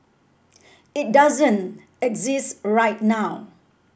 it doesn't exist right now